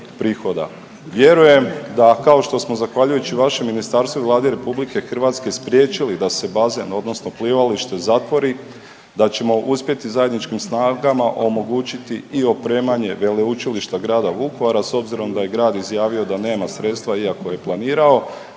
prihoda. Vjerujem da kao što smo zahvaljujući vašem ministarstvu i Vladi Republike Hrvatske spriječili da se bazen odnosno plivalište zatvori, da ćemo uspjeti zajedničkim snagama omogućiti i opremanje veleučilište grada Vukovara s obzirom da je grad izjavio da nema sredstva iako je planirao